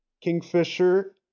Kingfisher